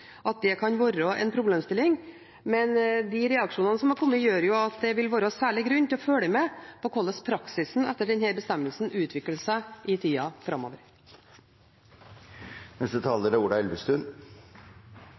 at det kan være en problemstilling. Men de reaksjonene som har kommet, gjør jo at det vil være særlig grunn til å følge med på hvordan praksisen etter denne bestemmelsen utvikler seg i tida framover.